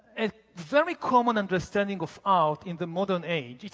a very common understanding of art in the modern age,